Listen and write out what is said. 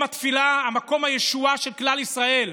מקום התפילה, מקום הישועה של כלל ישראל,